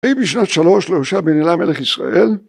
‫ויהי בשנת שלוש ‫להושע בנן אלה מלך ישראל.